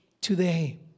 today